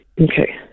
Okay